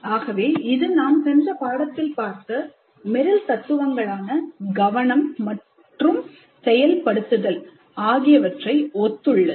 ஆகவே இது நாம் சென்ற பாடத்தில் பார்த்த மெரில் தத்துவங்களான கவனம் மட்டும் செயல்படுத்துதல் ஆகியவற்றை ஒத்துள்ளது